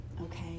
Okay